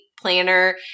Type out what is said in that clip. planner